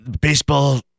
baseball